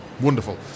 Wonderful